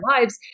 lives